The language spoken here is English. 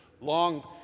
long